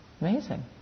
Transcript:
Amazing